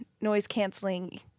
noise-canceling